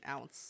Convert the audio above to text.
ounce